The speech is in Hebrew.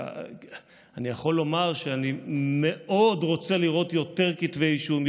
אני יכול לומר שאני מאוד רוצה לראות יותר כתבי אישום,